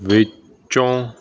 ਵਿੱਚੋਂ